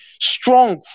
Strong